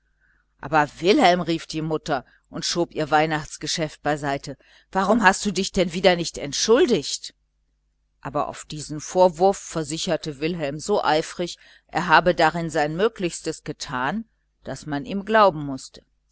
aber wilhelm rief die mutter und schob ihr weihnachtsgeschäft beiseite warum hast du dich denn wieder nicht entschuldigt aber auf diesen vorwurf versicherte wilhelm so eifrig er habe darin sein möglichstes getan daß man ihm glauben mußte